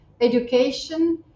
education